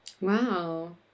wow